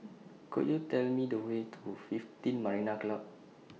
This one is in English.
Could YOU Tell Me The Way to one fifteen Marina Club